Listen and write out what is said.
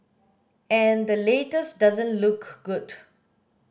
and the latest doesn't look good